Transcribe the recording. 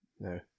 No